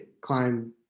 climb